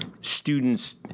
students